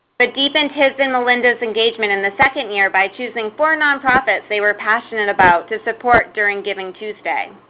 but deepened his and melinda's engagement and the second year by choosing four nonprofits they were passionate about to support during givingtuesday.